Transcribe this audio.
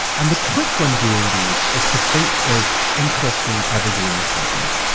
and the trick when doing these is to think of interesting evergreen content.